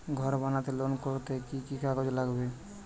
ঘর বানাতে লোন করতে কি কি কাগজ লাগবে?